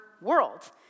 world